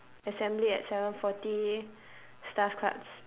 assembly at seven forty starts class